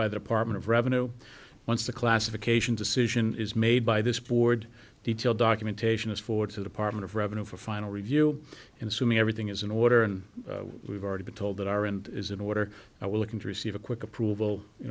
by the apartment of revenue once the classification decision is made by this board detailed documentation is forward to department of revenue for final review and assuming everything is in order and we've already been told that are and is in order i was looking to receive a quick approval you